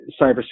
cybersecurity